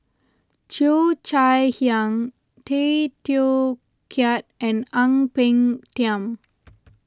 Cheo Chai Hiang Tay Teow Kiat and Ang Peng Tiam